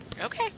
Okay